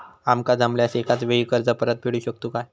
आमका जमल्यास एकाच वेळी कर्ज परत फेडू शकतू काय?